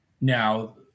Now